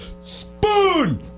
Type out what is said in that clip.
Spoon